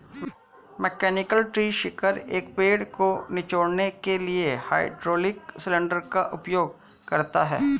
mechanical tree shaker, एक पेड़ को निचोड़ने के लिए हाइड्रोलिक सिलेंडर का उपयोग करता है